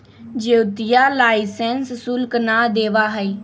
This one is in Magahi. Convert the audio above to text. ज्योतिया लाइसेंस शुल्क ना देवा हई